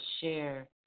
share